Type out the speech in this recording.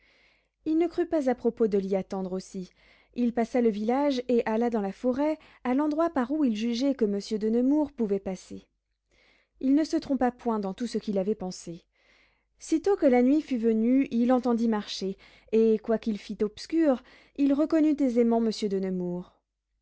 il ne crut pas à propos de l'y attendre aussi il passa le village et alla dans la forêt à l'endroit par où il jugeait que monsieur de nemours pouvait passer il ne se trompa point dans tout ce qu'il avait pensé sitôt que la nuit fut venue il entendit marcher et quoiqu'il fît obscur il reconnut aisément monsieur de nemours